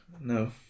No